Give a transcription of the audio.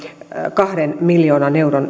kahden miljoonan euron